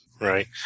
Right